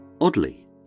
Oddly